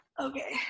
Okay